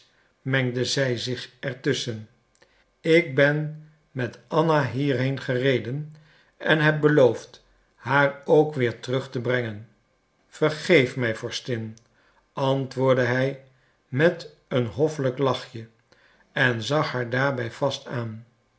mengde zij zich er tusschen ik ben met anna hierheen gereden en heb beloofd haar ook weer terug te brengen vergeef mij vorstin antwoordde hij met een hoffelijk lachje en zag haar daarbij vast aan